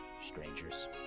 strangers